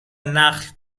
نخل